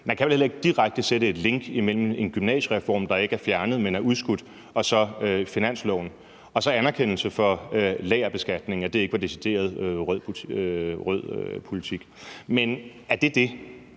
Man kan vel heller ikke direkte sætte et link imellem en gymnasiereform, der ikke er fjernet, men er udskudt, og så finansloven? Og så vil jeg give en anerkendelse af, at lagerbeskatningen ikke var decideret rød politik. Men er det det?